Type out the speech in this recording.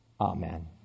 amen